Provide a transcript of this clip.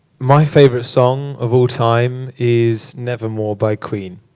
my favorite song of all time is nevermore by queen.